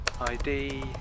ID